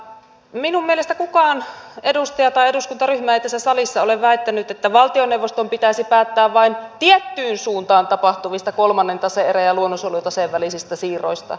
minun mielestäni kukaan edustaja tai eduskuntaryhmä ei tässä salissa ole väittänyt että valtioneuvoston pitäisi päättää vain tiettyyn suuntaan tapahtuvista kolmannen tase erän ja luonnonsuojelutaseen välisistä siirroista